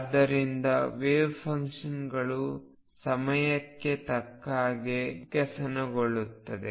ಆದ್ದರಿಂದ ವೆವ್ಫಂಕ್ಷನ್ಗಳು ಸಮಯಕ್ಕೆ ತಕ್ಕಹಾಗೆ ವಿಕಸನಗೊಳ್ಳುತ್ತವೆ